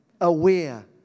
aware